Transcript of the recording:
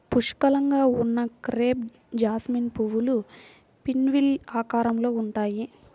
పుష్కలంగా ఉన్న crape jasmine పువ్వులు పిన్వీల్ ఆకారంలో ఉంటాయి